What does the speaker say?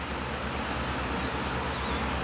tapi bunganya dia macam buah gitu eh